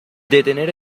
detener